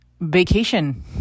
vacation